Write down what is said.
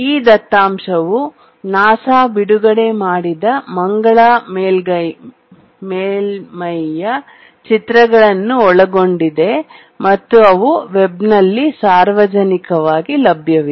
ಈ ದತ್ತಾಂಶವು ನಾಸಾ ಬಿಡುಗಡೆ ಮಾಡಿದ ಮಂಗಳ ಮೇಲ್ಮೈಯ ಚಿತ್ರಗಳನ್ನು ಒಳಗೊಂಡಿದೆ ಮತ್ತು ಅವು ವೆಬ್ನಲ್ಲಿ ಸಾರ್ವಜನಿಕವಾಗಿ ಲಭ್ಯವಿದೆ